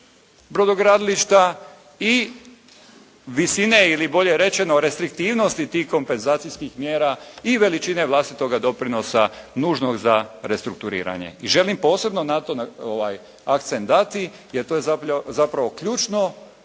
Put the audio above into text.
brodogradilišta i visine, ili bolje rečeno restriktivnosti tih kompenzacijskih mjera i veličine vlastitoga doprinosa nužnost za restrukturiranje. I želim posebno na to akcent dati jer to je zapravo ključno,